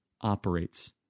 operates